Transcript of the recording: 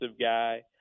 guy